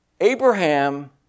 Abraham